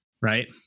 right